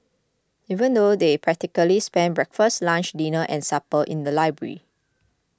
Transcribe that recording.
even though they practically spent breakfast lunch dinner and supper in the library